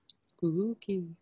Spooky